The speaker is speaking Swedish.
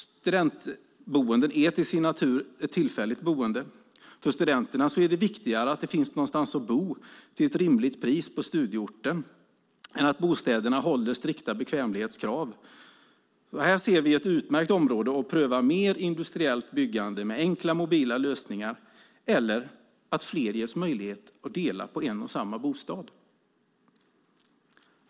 Studentboenden är till sin natur tillfälliga boenden. För studenterna är det viktigare att det finns någonstans att bo till ett rimligt pris på studieorten än att bostäderna håller strikta bekvämlighetskrav. Här ser vi ett utmärkt område att pröva mer industriellt byggande med enkla, mobila lösningar, eller att flera ges möjlighet att dela på en och samma bostad.